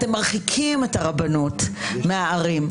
אתם מרחיקים את הרבנות מהערים,